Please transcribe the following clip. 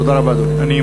תודה רבה, אדוני.